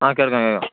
ആ കേള്ക്കാം കേള്ക്കാം